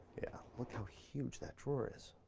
yeah, look how huge that drawer is.